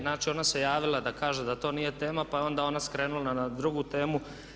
Znači ona se javila da kaže da to nije tema pa je onda ona skrenula na drugu temu.